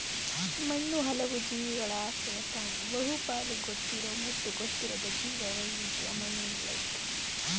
ಮಣ್ಣು ಹಲವು ಜೀವಿಗಳ ಆಶ್ರಯತಾಣ ಬಹುಪಾಲು ಗೊತ್ತಿರೋ ಮತ್ತು ಗೊತ್ತಿರದ ಜೀವವೈವಿಧ್ಯ ಮಣ್ಣಿನಲ್ಲಯ್ತೆ